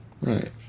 Right